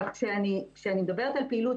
כשאני מדברת על פעילות,